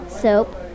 soap